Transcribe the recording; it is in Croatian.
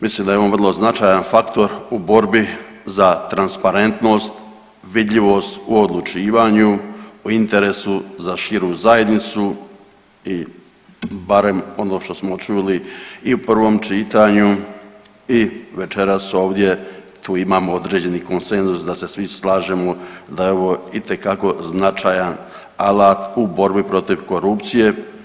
Mislim da je on vrlo značajan faktor u borbi za transparentnost, vidljivost u odlučivanju, u interesu za širu zajednicu i barem ono što smo čuli i u prvom čitanju i večeras ovdje, tu imamo određeni konsenzus da se svi slažemo da je ovo itekako značajan alat u borbi protiv korupcije.